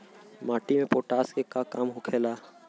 माटी में पोटाश के का काम होखेला?